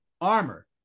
armor